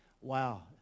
Wow